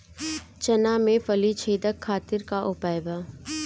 चना में फली छेदक खातिर का उपाय बा?